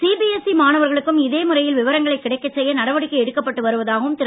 CBSE மாணவர்களுக்கும் இதே முறையில் விவரங்களை கிடைக்கச் செய்ய நடவடிக்கை எடுக்கப்பட்டு வருவதாகவும் திரு